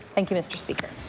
thank you, mr. speaker.